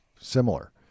similar